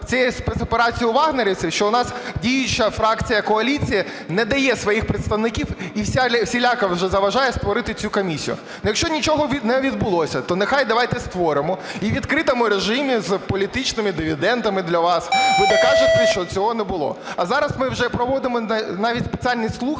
спецоперацією "вагнерівців", що у нас діюча фракція коаліції не дає своїх представників і всіляко заважає створити цю комісію? Ну, якщо нічого не відбулося, то давайте створимо і у відкритому режимі, з політичними дивідендами для вас, ви докажете, що цього не було. А зараз ми вже навіть проводимо спеціальні слухання